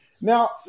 Now